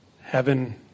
Heaven